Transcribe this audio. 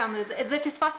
הבנתי.